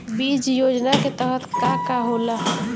बीज योजना के तहत का का होला?